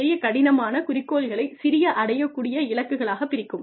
பெரிய கடினமான குறிக்கோள்களைச் சிறிய அடையக்கூடிய இலக்குகளாக பிரிக்கும்